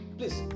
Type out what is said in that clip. Please